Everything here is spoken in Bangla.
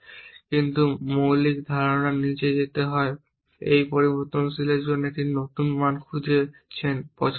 কিন্তু মৌলিক ধারণা নিচে যেতে হয় এই পরিবর্তনশীল জন্য একটি নতুন মান খুঁজছেন পছন্দের সেট